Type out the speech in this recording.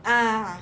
ah